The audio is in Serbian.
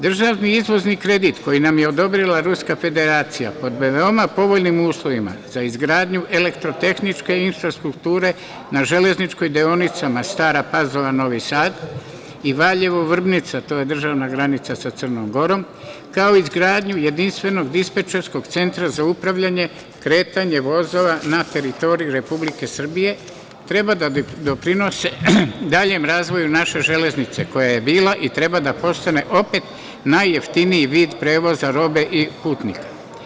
Državni izvozni kredit koji nam je odobrila Ruska Federacija pod veoma povoljnim uslovima za izgradnju elektrotehničke infrastrukture na železničkim deonicama Stara Pazova – Novi Sad i Valjevo – Vrdnica, to je državna granica sa Crnom Gorom, kao i izgradnju jedinstvenog dispečerskog centra za upravljanje, kretanje vozova na teritoriji Republike Srbije treba da doprinose daljem razvoju naše železnice koja je bila i treba da postane opet najjeftiniji vid prevoza robe i putnika.